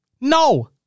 No